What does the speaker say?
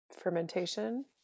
fermentation